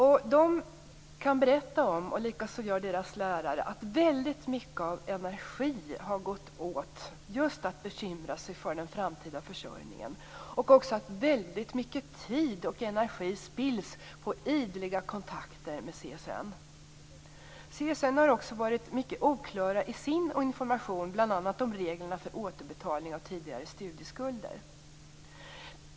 De och deras lärare kan berätta att väldigt mycket av energi har gått åt för att bekymra sig för den framtida försörjningen. Mycket tid och energi spills också på ideliga kontakter med CSN. På CSN har man också varit mycket oklar i sin information om bl.a. återbetalning av tidigare studieskulder.